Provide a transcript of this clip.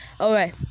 Okay